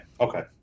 okay